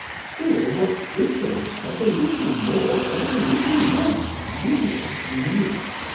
still, what difference does a little more or a little less genius make,